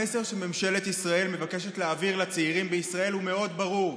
המסר שממשלת ישראל מבקשת להעביר לצעירים בישראל הוא מאוד ברור: